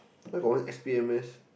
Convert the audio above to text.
why got one S B M mass